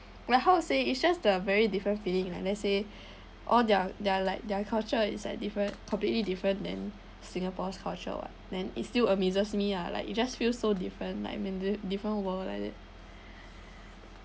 like how to say it's just a very different feeling like let's say all their their like their culture is like different completely different than singapore's culture [what] then it still amazes me ah like you just feel so different like into different world like that